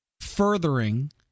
furthering